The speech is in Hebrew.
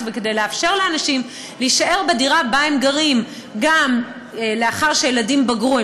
וכדי לאפשר לאנשים להישאר בדירה שבה הם גרים גם לאחר שהילדים בגרו,